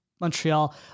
Montreal